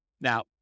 Now